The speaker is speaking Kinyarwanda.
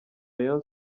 rayon